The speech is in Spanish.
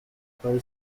estoy